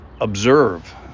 observe